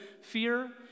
fear